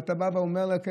ואתה בא ואומר להם,